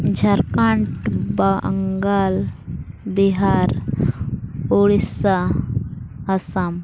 Jharkhand Bengal Bihar Odisha Assam